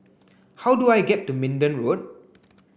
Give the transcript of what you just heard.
how do I get to Minden Road